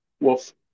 wolf